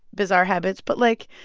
bizarre habits. but, like,